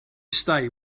stay